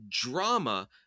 drama